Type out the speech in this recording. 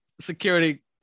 security